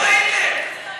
איפה הייתם.